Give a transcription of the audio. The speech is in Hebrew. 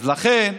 אז לכן,